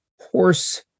horse